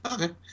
Okay